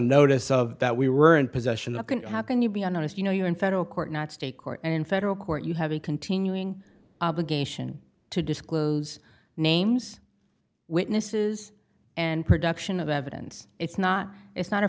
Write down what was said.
notice of that we were in possession of how can you be honest you know you're in federal court not state court and in federal court you have a continuing obligation to disclose names witnesses and production of evidence it's not it's not a